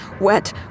wet